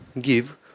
give